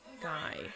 guy